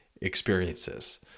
experiences